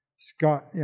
Scott